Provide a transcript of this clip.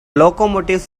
locomotives